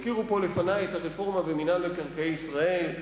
הזכירו פה לפני את הרפורמה במינהל מקרקעי ישראל,